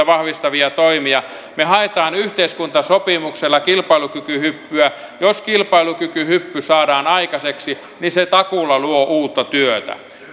vahvistavia toimia me haemme yhteiskuntasopimuksella kilpailukykyhyppyä jos kilpailukykyhyppy saadaan aikaiseksi niin se takuulla luo uutta työtä